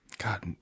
god